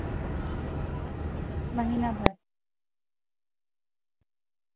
مہینہ بھر